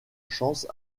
chance